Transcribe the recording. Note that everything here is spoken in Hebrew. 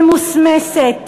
ממוסמסת,